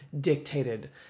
dictated